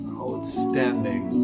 outstanding